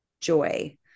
joy